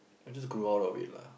I just grew out of it lah